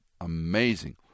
amazing